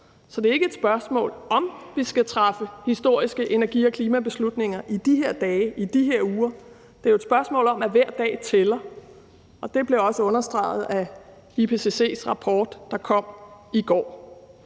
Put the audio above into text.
Så det er ikke et spørgsmål om, om vi skal træffe historiske energi- og klimabeslutninger i de her dage og uger; det er jo et spørgsmål om, at hver dag tæller. Og det blev også understreget af IPCC's rapport, der kom i går.